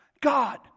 God